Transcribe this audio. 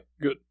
Good